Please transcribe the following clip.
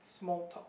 small talk